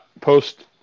post